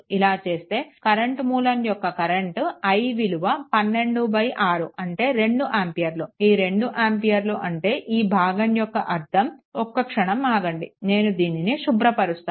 ఇలా చేస్తే కరెంట్ మూలం యొక్క కరెంట్ i విలువ 126 అంటే 2 ఆంపియర్లు ఈ 2 ఆంపియర్లు అంటే ఈ భాగం యొక్క అర్ధం ఒక్క క్షణం ఆగండి నేను దీనిని శుభ్రపరుస్తాను